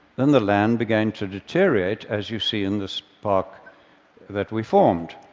than the land began to deteriorate, as you see in this park that we formed.